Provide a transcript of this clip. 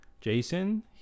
Jason